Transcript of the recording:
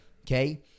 Okay